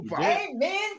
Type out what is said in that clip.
Amen